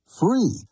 free